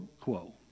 quo